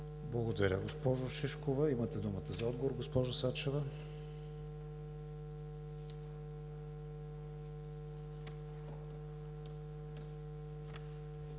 Благодаря, госпожо Шишкова. Имате думата за отговор, госпожо Сачева.